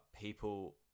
people